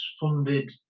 funded